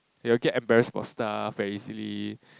he will get embarrassed about stuff very easily